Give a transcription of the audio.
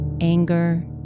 anger